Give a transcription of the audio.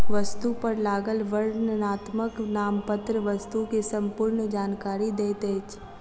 वस्तु पर लागल वर्णनात्मक नामपत्र वस्तु के संपूर्ण जानकारी दैत अछि